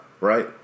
Right